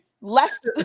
Left